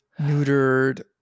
neutered